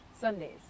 Sundays